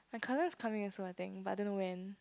the colour is coming also I think but don't know when